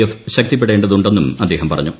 F ശക്തിപ്പെടേണ്ടതുണ്ടെന്നും അദ്ദേഹം പറഞ്ഞു